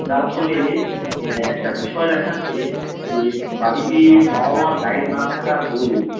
যার ফলে একটা বিষয় দেখাচ্ছে যে বাড়িতে বাবা মার গাইড না থাকার দরুণ